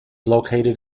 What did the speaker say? located